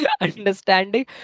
understanding